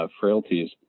Frailties